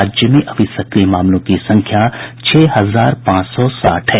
राज्य में अभी सक्रिय मामलों की संख्या छह हजार पांच सौ साठ है